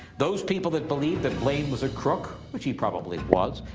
those people that believed that blaine was a crook, which he probably was,